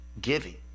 giving